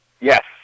Yes